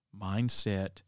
mindset